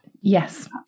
Yes